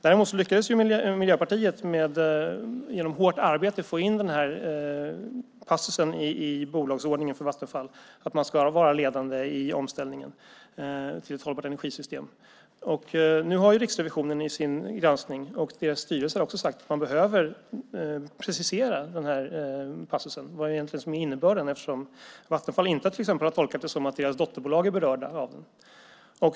Däremot lyckades Miljöpartiet genom hårt arbete att få in en passus i bolagsordningen för Vattenfall om att man ska vara ledande i omställningen till ett hållbart energisystem. Nu har Riksrevisionen i sin granskning sagt, och även dess styrelse har sagt det, att man behöver precisera vad som egentligen är innebörden i denna passus eftersom Vattenfall till exempel inte har tolkat det som att deras dotterbolag är berörda av den.